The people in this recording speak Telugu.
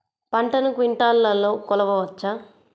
పంటను క్వింటాల్లలో కొలవచ్చా?